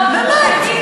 אני לא מדברת, באמת.